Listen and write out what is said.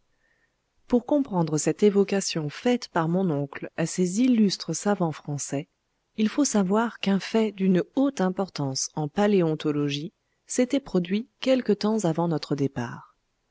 pour comprendre cette évocation faite par mon oncle à ces illustres savants français il faut savoir qu'un fait d'une haute importance en paléontologie s'était produit quelque temps avant notre départ